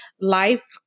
Life